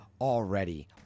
already